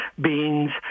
beans